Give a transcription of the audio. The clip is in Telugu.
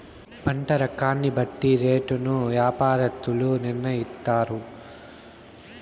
పంట రకాన్ని బట్టి రేటును యాపారత్తులు నిర్ణయిత్తారు